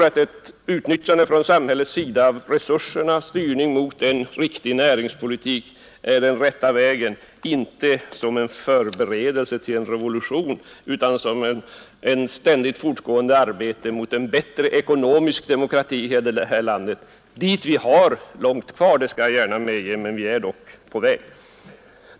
Att samhället försöker styra resurserna så att vi får en riktig näringspolitik anser jag vara den rätta vägen, inte som en förberedelse till en revolution utan som ett ständigt fortgående arbete mot ekonomisk demokrati i detta land. Dit har vi ganska långt kvar — det skall jag gärna medge, men vi är dock på väg.